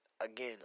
again